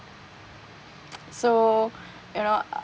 so you know uh